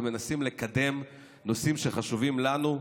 ומנסים לקדם נושאים שחשובים לנו,